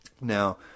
Now